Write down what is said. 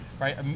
right